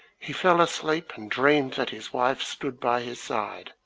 he fell asleep, and dreamed that his wife stood by his side.